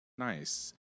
Nice